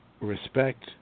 respect